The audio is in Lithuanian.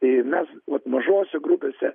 tai mes vat mažose grupėse